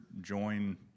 join